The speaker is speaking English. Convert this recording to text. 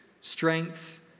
strengths